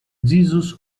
jesus